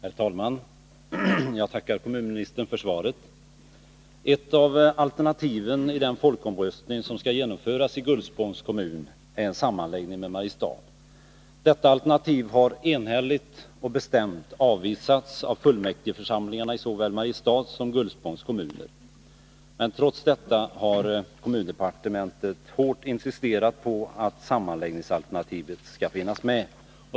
Herr talman! Jag tackar kommunministern för svaret. Ett av alternativen i den folkomröstning som skall genomföras i Gullspångs kommun är en sammanläggning med Mariestad. Detta alternativ har enhälligt och bestämt avvisats av fullmäktigeförsamlingarna i såväl Mariestads som Gullspångs kommuner. Trots detta har kommundepartementet hårt insisterat på att sammanläggningsalternativet skall finnas med.